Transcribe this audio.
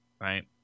Right